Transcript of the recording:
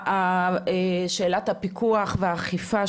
שאלת הפיקוח והאכיפה,